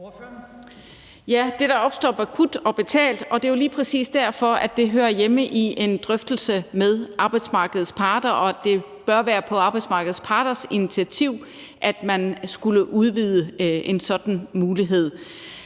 er det, der opstår akut og bliver betalt, og det er jo lige præcis derfor, det hører hjemme i en drøftelse med arbejdsmarkedets parter, og at det bør være på arbejdsmarkedets parters initiativ, hvis man skulle udvide det og have en sådan mulighed.